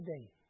today